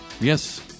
yes